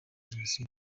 jenoside